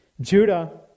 Judah